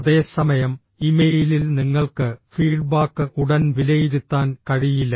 അതേസമയം ഇമെയിലിൽ നിങ്ങൾക്ക് ഫീഡ്ബാക്ക് ഉടൻ വിലയിരുത്താൻ കഴിയില്ല